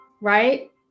right